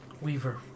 Weaver